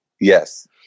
Yes